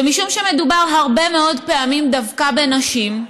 ומשום שמדובר הרבה מאוד פעמים דווקא בנשים,